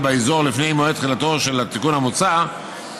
באזור לפני מועד תחילתו של התיקון המוצע,